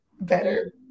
better